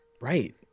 Right